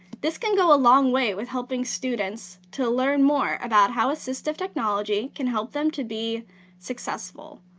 this can go a long way with helping students to learn more about how assistive technology can help them to be successful.